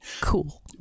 Cool